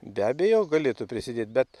be abejo galėtų prisidėt bet